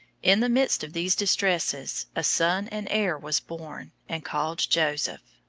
in the midst of these distresses a son and heir was born, and called joseph.